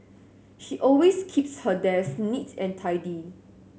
she always keeps her desk neat and tidy